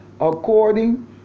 according